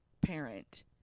parent